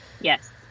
Yes